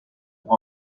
pour